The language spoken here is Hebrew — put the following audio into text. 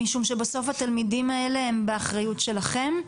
משום שבסוף התלמידים האלה הם באחריות שלכם.